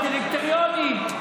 בדירקטוריונים,